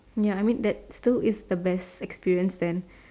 ya I mean that still is the best experience then